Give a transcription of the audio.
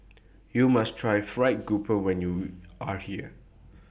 YOU must Try Fried Grouper when YOU Are here